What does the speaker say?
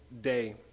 day